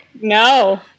No